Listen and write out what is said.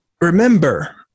Remember